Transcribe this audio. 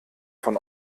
von